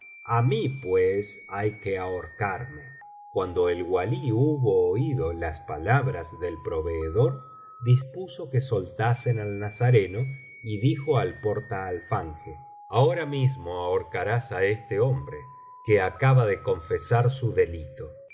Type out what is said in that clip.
a mí pues hay que ahorcarme cuando el walí hubo oído las palabras del proveedor dispuso que soltasen al nazareno y dijo al portaalfanje ahora mismo ahorcarás á este hombre que acaba ele confesar su delito